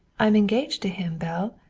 i'm engaged to him, belle.